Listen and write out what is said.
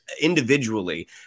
individually